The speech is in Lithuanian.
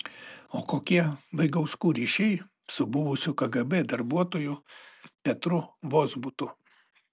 o kokie vaigauskų ryšiai su buvusiu kgb darbuotoju petru vozbutu